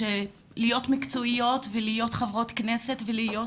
להיות מקצועיות ולהיות חברות כנסת ולהיות